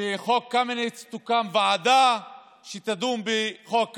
שתוקם ועדה שתדון בחוק קמיניץ,